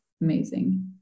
amazing